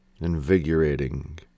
invigorating